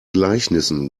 gleichnissen